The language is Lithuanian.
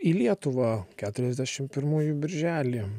į lietuvą keturiasdešim pirmųjų birželį